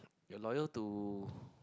you're loyal to